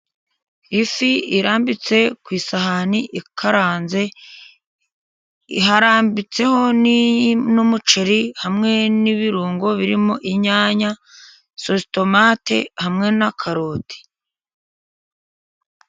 Ifi irambitse ku isahani ikaranze, harambitseho n'umuceri hamwe n'ibirungo birimo: inyanya, sositomate, hamwe na karoti.